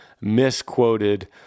misquoted